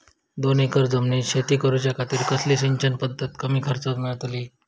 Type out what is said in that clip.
दोन एकर जमिनीत शेती करूच्या खातीर कसली सिंचन पध्दत कमी खर्चात मेलतली?